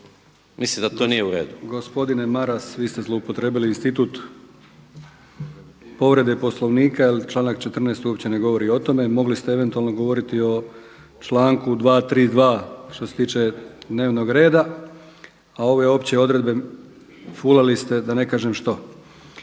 Mislim da to nije u redu.